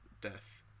death